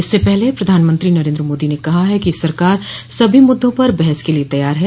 इससे पहले प्रधानमंत्री नरेन्द्र मोदी ने कहा है कि सरकार सभी मुद्दों पर बहस के लिए तैयार है